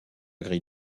grille